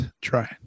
try